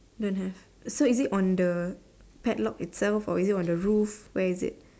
don't have so is it on the padlock itself or is it on the roof where is it